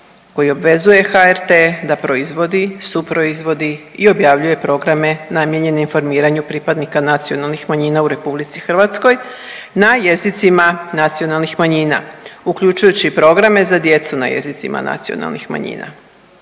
koji obvezuje HRT da proizvodi, suproizvodi i objavljuje programe namijenjene informiranju pripadnika nacionalnih manjina u RH na jezicima nacionalnih manjina, uključujući i programe za djecu na jezicima nacionalnih manjina.